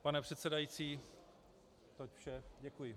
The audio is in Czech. Pane předsedající, toť vše, děkuji.